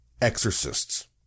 exorcists